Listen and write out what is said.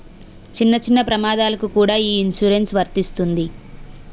చిన్న చిన్న ప్రమాదాలకు కూడా ఈ ఇన్సురెన్సు వర్తిస్తుంది